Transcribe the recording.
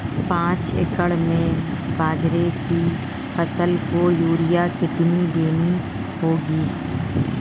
पांच एकड़ में बाजरे की फसल को यूरिया कितनी देनी होगी?